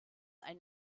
ein